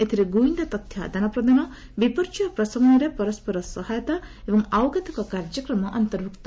ଏଥିରେ ଗୁଇନ୍ଦା ତଥ୍ୟ ଆଦାନପ୍ରଦାନ ବିପର୍ଯ୍ୟୟ ପ୍ରଶମନରେ ପରସ୍କର ସହାୟତା ଏବଂ ଆଉ କେତେକ କାର୍ଯ୍ୟକ୍ରମ ଅନ୍ତର୍ଭୁକ୍ତ